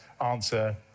Answer